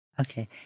Okay